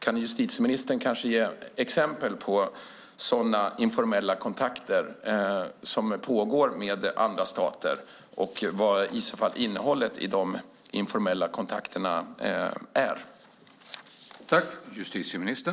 Kan justitieministern ge exempel på sådana informella kontakter som pågår med andra stater och vad innehållet i de informella kontakterna i så fall är?